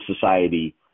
society